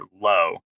low